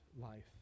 life